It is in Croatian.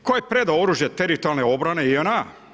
Tko je predao oružje teritorijalne obrane JNA.